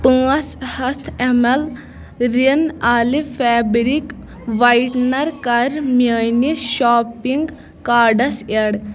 پانٛژھ ہَتھ M L Rin آلہ فیبرِک وایٹٕنر کَر میٛٲنِس شاپنٛگ کارٹَس ایٚڈ